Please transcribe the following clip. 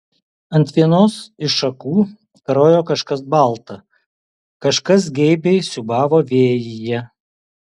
ant vienos iš šakų karojo kažkas balta kažkas geibiai siūbavo vėjyje